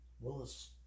Willis